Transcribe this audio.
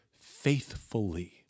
faithfully